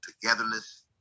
togetherness